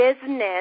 business